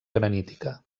granítica